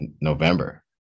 november